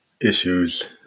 issues